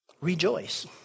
Rejoice